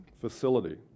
facility